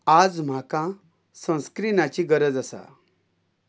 आज म्हाका सनस्क्रिनाची गरज आसा